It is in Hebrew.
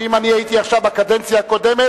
שאם אני הייתי עכשיו בקדנציה הקודמת,